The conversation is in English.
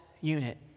unit